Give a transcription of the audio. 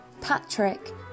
Patrick